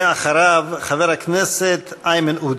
ואחריו, חבר הכנסת איימן עודה.